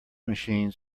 machines